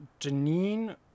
Janine